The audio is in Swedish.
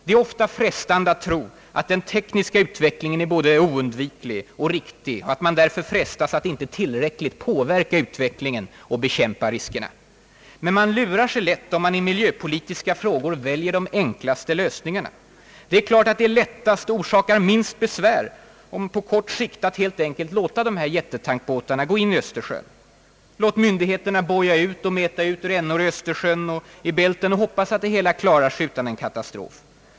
Det är lätt att tro att den tekniska utvecklingen är både oundviklig och riktig och därför frestas man att inte tillräckligt påverka utvecklingen och bekämpa riskerna. Men man lurar sig lätt om man i mil Jöpolitiska frågor väljer de enklaste lösningarna. Det är klart att det är enklast och orsakar minst besvär på kort sikt om man helt enkelt låter dessa jättetankbåtar gå in i Östersjön, låter myndigheterna mäta ut och boja ut rännor i Östersjön och i Bälten och hoppas att det hela klarar sig utan en katastrof.